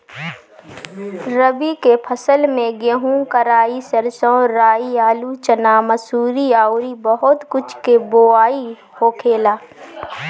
रबी के फसल में गेंहू, कराई, सरसों, राई, आलू, चना, मसूरी अउरी बहुत कुछ के बोआई होखेला